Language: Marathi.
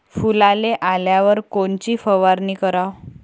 फुलाले आल्यावर कोनची फवारनी कराव?